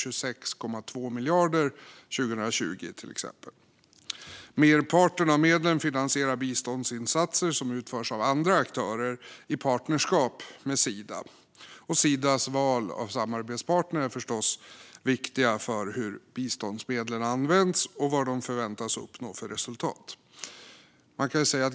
År 2020 var det till exempel 26,2 miljarder kronor. Merparten av medlen finansierar biståndsinsatser som utförs av andra aktörer i partnerskap med Sida. Sidas val av samarbetspartner är därför förstås viktiga för hur biståndsmedlen används och vad de förväntas uppnå för resultat.